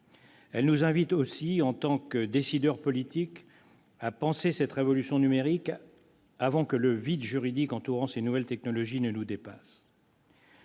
Elle nous invite aussi, en tant que décideurs politiques, à penser cette révolution numérique avant que le vide juridique entourant ces nouvelles technologies ne nous dépasse.